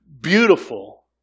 Beautiful